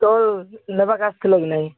stall ନେବାକେ ଆସିଥିଲ କି ନାହିଁ